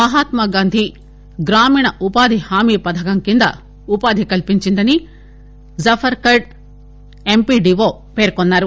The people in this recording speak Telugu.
మహాత్మా గాంధి గ్రామీణ ఉపాధి హామీ పధకం కింద ఉపాధి కల్పించిందని జఫర్గడ్ ఎంపీడీవో పర్కొన్నారు